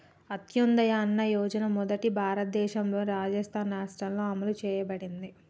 అంత్యోదయ అన్న యోజన మొదట భారతదేశంలోని రాజస్థాన్ రాష్ట్రంలో అమలు చేయబడింది